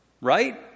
Right